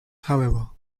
however